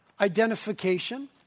identification